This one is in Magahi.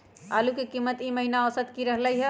आलू के कीमत ई महिना औसत की रहलई ह?